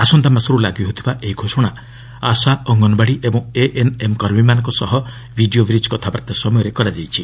ଆସନ୍ତା ମାସରୁ ଲାଗୁ ହେଉଥିବା ଏହି ଘୋଷଣା ଆଶା ଅଙ୍ଗନବାଡି ଏବଂ ଏଏନ୍ଏମ୍ କର୍ମୀମାନଙ୍କ ସହ ଭିଡ଼ିଓ ବ୍ରିକ୍ କଥାବାର୍ତ୍ତା ସମୟରେ କରାଯାଇଛି